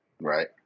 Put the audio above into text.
Right